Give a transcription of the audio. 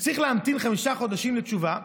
שצריך להמתין חמישה חודשים לתשובה,